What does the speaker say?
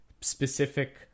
specific